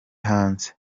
hanze